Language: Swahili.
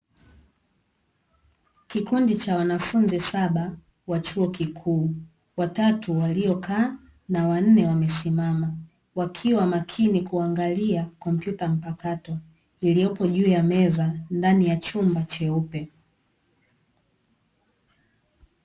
Kikundi cha wanafunzi saba wa chuo kikuu watatu waliyokaa na wanne, wamesimama wakiwa makini kuangalia kompyuta mpakato. ikiyopo juu ya meza ndani ya chumba cheupe.